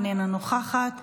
איננה נוכחת,